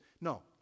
no